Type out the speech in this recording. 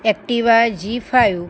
Activa zee five